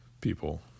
people